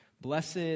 Blessed